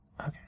Okay